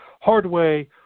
Hardway